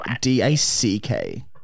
D-A-C-K